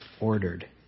ordered